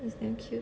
ya it's damn cute